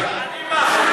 איציק,